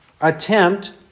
attempt